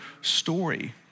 story